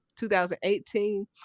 2018